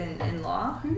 in-law